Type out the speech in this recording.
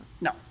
No